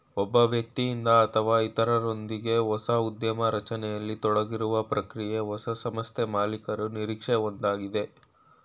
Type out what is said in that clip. ಒಬ್ಬ ವ್ಯಕ್ತಿಯಿಂದ ಅಥವಾ ಇತ್ರರೊಂದ್ಗೆ ಹೊಸ ಉದ್ಯಮ ರಚನೆಯಲ್ಲಿ ತೊಡಗಿರುವ ಪ್ರಕ್ರಿಯೆ ಹೊಸ ಸಂಸ್ಥೆಮಾಲೀಕರು ನಿರೀಕ್ಷೆ ಒಂದಯೈತೆ